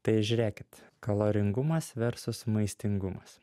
tai žiūrėkit kaloringumas versus maistingumas